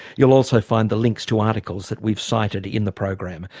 you'll also find the links to articles that we've cited in the program.